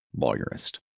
lawyerist